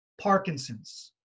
Parkinson's